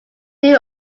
new